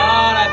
God